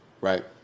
right